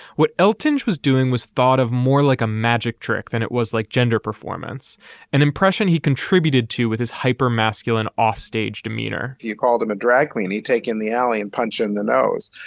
what elton was doing was thought of more like a magic trick than it was like gender performance and impression he contributed to with his hypermasculine offstage demeanor you called him a drag queen. he'd taken the alley and punch in the nose.